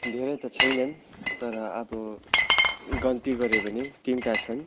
धेरै त छैनन् तर अब गन्ती गऱ्यो भने तिनटा छन्